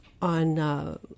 on